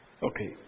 Okay